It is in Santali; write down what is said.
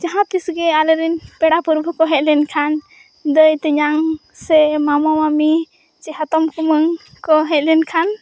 ᱡᱟᱦᱟᱸᱛᱤᱥᱜᱮ ᱟᱞᱮᱨᱮᱱ ᱯᱮᱲᱟᱼᱯᱟᱲᱦᱟᱹᱠᱚᱠᱚ ᱦᱮᱡᱞᱮᱱ ᱠᱷᱟᱱ ᱫᱟᱹᱭᱼᱛᱮᱧᱟᱝ ᱥᱮ ᱢᱟᱢᱚᱼᱢᱟᱹᱢᱤ ᱪᱮ ᱦᱟᱛᱚᱢᱼᱠᱩᱢᱟᱹᱝᱠᱚ ᱦᱮᱡᱞᱮᱱ ᱠᱷᱟᱱ